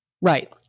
Right